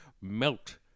melt